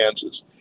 Kansas